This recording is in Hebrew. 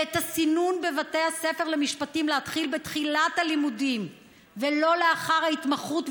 ואת הסינון בבתי הספר למשפטים להתחיל בתחילת הלימודים ולא לאחר ההתמחות,